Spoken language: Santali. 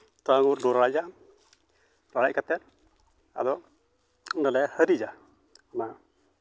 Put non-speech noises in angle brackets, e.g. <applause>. <unintelligible> ᱚᱲᱟᱜ ᱦᱮᱡ ᱠᱟᱛᱮᱫ ᱟᱫᱚᱞᱮ ᱦᱤᱨᱤᱡᱟ ᱚᱱᱟ